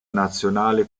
nazionale